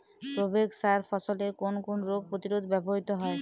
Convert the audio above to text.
Provex সার ফসলের কোন কোন রোগ প্রতিরোধে ব্যবহৃত হয়?